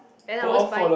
then I always buy